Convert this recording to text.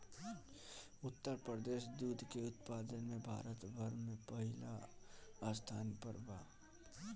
उत्तर प्रदेश दूध के उत्पादन में भारत भर में पहिले स्थान पर बा